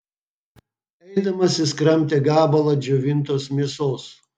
eidamas jis kramtė gabalą džiovintos mėsos